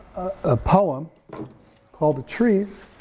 a poem called the trees,